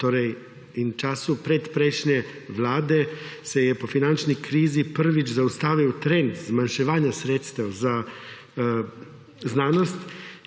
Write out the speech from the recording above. torej in času predprejšnje vlade, se je po finančni krizi prvič zaustavil trend zmanjševanja sredstev za znanost.